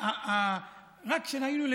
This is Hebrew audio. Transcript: רק כשראינו,